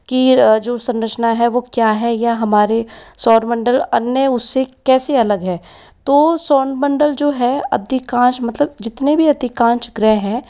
की जो संरचना है वह क्या है यह हमारे सौरमंडल अन्य उससे कैसे अलग है तो सौरमंडल जो है अधिकांश मतलब जितने भी अधिकांश ग्रह है